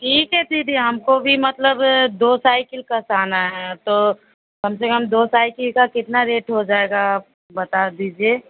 ठीक है दीदी हमको भी मतलब दो साइकिल कसाना है तो कम से कम दो साइकिल का कितना रेट हो जाएगा बता दीजिए